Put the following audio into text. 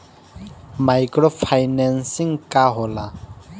Micro financing का होला?